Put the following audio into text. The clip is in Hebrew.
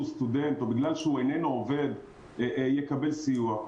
סטודנט או בגלל שאיננו עובד יקבל סיוע.